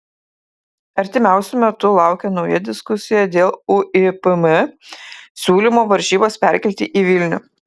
artimiausiu metu laukia nauja diskusija dėl uipm siūlymo varžybas perkelti į vilnių